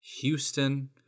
Houston